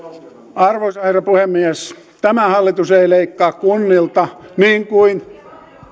arvoisa herra puhemies tämä hallitus ei leikkaa kunnilta